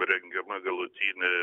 rengiama galutinė